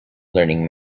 learning